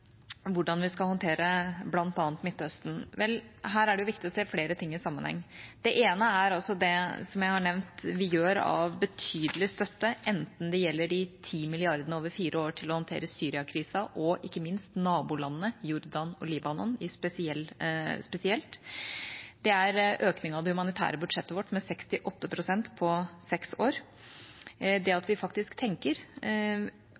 hvordan vi skal håndtere bl.a. Midtøsten: Her er det viktig å se flere ting i sammenheng. Det ene er det som jeg har nevnt vi gir av betydelig støtte, enten det gjelder de ti milliardene over fire år til å håndtere Syria-krisa og ikke minst nabolandene Jordan og Libanon spesielt – det er en økning av det humanitære budsjettet vårt med 68 pst. på seks år – eller det